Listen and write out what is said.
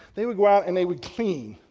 they would go out and they would clean.